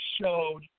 showed